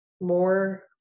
more